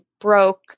broke